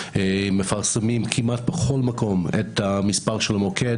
מפרסמים כמעט בכל מקום את המספר של המוקד